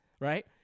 right